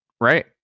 Right